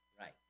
right